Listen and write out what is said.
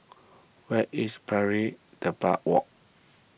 where is Pari Walk